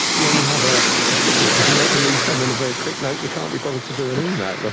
you only have ah a stickit if you want to leave someone a very quick note and you can't be bothered to do an email. but